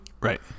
Right